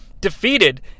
defeated